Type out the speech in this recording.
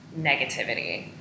negativity